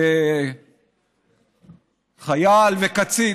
מניסיוני כחייל וקצין,